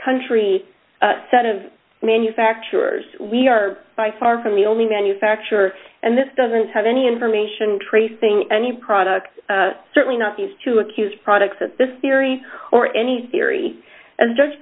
country set of manufacturers we are by far from the only manufacturer and this doesn't have any information tracing any product certainly not these two accused products at this theory or any theory a